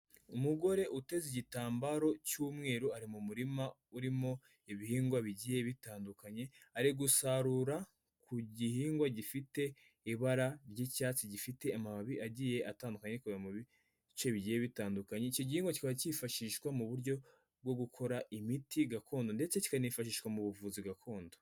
Umugore uteze igitambaro cy'umweru ari mu murima urimo ibihingwa bigiye bitandukanye, ari gusarura ku gihingwa gifite ibara ry'icyatsi gifite amababi agiye atandukanye, ari kureba mu bice bigiye bitandukanye. Icyo gihingwa kikaba cyifashishwa mu buryo bwo gukora imiti gakondo ndetse kikanifashishwa mu buvuzi gakondo.